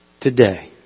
today